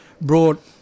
brought